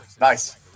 Nice